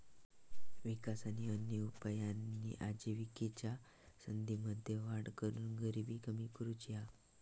विकास आणि अन्य उपायांनी आजिविकेच्या संधींमध्ये वाढ करून गरिबी कमी करुची हा